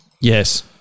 Yes